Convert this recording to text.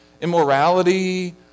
immorality